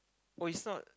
oh it's not